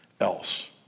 else